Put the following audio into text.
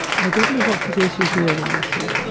i don't know what it is you're doing, alison,